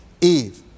Eve